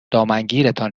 دامنگیرتان